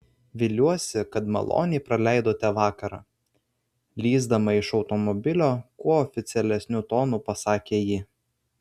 viliuosi kad maloniai praleidote vakarą lįsdama iš automobilio kuo oficialesniu tonu pasakė ji